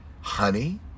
honey